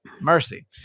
Mercy